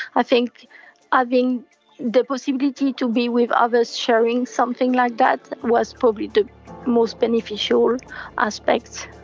i think ah having the possibility to be with others sharing something like that was probably the most beneficial aspect.